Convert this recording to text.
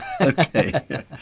Okay